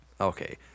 Okay